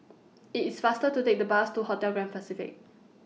IT IS faster to Take The Bus to Hotel Grand Pacific